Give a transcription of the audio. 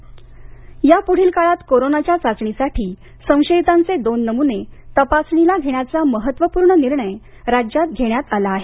corona चाचणी यापुढील काळात कोरोनाच्या चाचणीसाठी संशयितांचे दोन नमुने तपासणीला घेण्याचा महत्वपूर्ण निर्णय राज्यात घेण्यात आला आहे